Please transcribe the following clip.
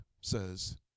says